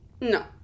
No